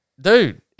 dude